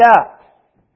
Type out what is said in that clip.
up